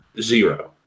zero